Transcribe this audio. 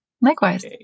Likewise